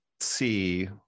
see